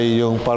yung